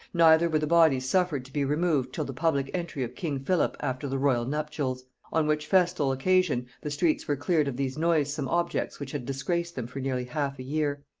neither were the bodies suffered to be removed till the public entry of king philip after the royal nuptials on which festal occasion the streets were cleared of these noisome objects which had disgraced them for nearly half a year.